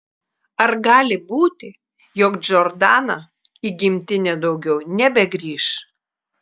ar gali būti jog džordana į gimtinę daugiau nebegrįš